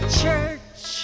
church